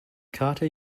carter